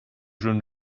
jeunes